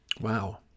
Wow